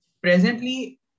Presently